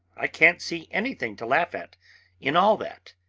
i can't see anything to laugh at in all that.